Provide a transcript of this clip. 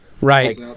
Right